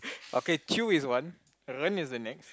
okay Chew is one Ren is the next